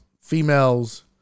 females